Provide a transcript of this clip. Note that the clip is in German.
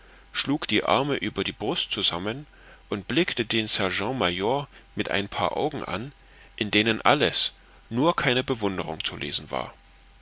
schlug die arme über die brust zusammen und blickte den sergent major mit ein paar augen an in denen alles nur keine bewunderung zu lesen war